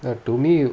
but to me